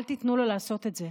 אל תיתנו לו לעשות את זה.